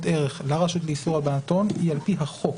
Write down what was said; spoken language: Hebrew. ערך לרשות לאיסור הלבנת הון היא על-פי החוק.